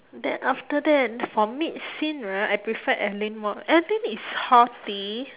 then after that for mid-cin right I prefer alyn more alyn is haughty